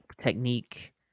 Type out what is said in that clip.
technique